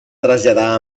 traslladar